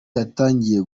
yatangiye